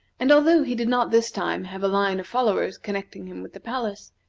and although he did not this time have a line of followers connecting him with the palace,